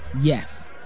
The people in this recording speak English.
Yes